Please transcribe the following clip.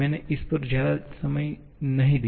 मैंने इस पर ज्यादा समय नहीं दिया